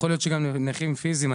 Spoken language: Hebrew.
יכול להיות שגם נכים פיזיים,